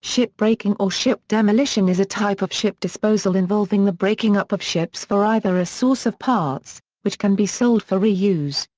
ship breaking or ship demolition is a type of ship disposal involving the breaking up of ships for either a source of parts, which can be sold for re-use,